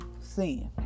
Sin